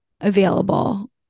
available